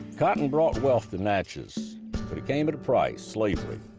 cotton brought wealth to natchez, but it came at a price slavery.